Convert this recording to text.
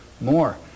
more